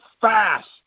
fast